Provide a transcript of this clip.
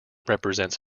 represents